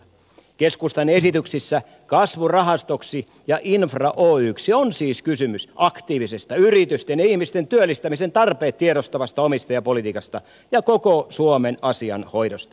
keskustan esityksissä kasvurahastoksi ja infra oyksi on siis kysymys aktiivisesta yritysten ja ihmisten työllistämisen tarpeet tiedostavasta omistajapolitiikasta ja koko suomen asian hoidosta